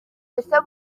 ese